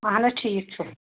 اَہن حظ ٹھیٖک چھُ